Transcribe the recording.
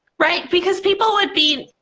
right? because people would be,